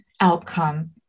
outcome